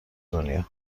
دنیا